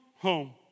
home